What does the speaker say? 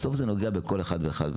בסוף זה נוגע בכל אחד ואחת מאיתנו.